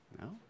No